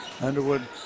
Underwood